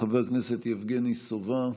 חבר הכנסת יבגני סובה,